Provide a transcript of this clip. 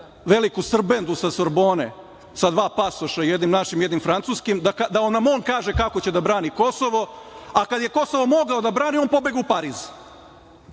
veliku Srbendu sa Sorbone sa dva pasoša, jednim našim, jednim francuskim da nam on kaže kako će da brani Kosovo, a kada je Kosovo mogao da brani on je pobegao u Pariz.